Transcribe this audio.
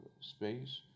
space